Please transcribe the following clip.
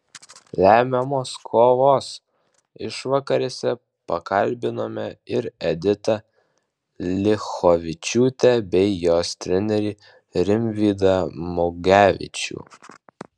lemiamos kovos išvakarėse pakalbinome ir editą liachovičiūtę bei jos trenerį rimvydą mugevičių